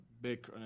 big